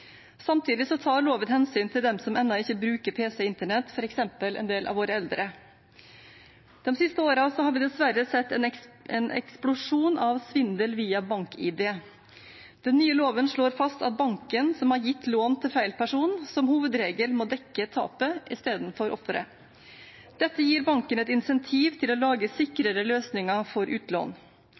Samtidig tar loven hensyn til dem som ennå ikke bruker pc og internett, f.eks. en del av våre eldre. De siste årene har vi dessverre sett en eksplosjon av svindel via BankID. Den nye loven slår fast at banken som har gitt lån til feil person, som hovedregel må dekke tapet i stedet for offeret. Dette gir banken et incentiv til å lage sikrere løsninger for utlån.